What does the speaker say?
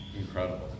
Incredible